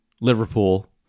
Liverpool